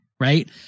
Right